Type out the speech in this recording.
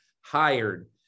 hired